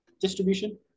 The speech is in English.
distribution